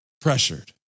pressured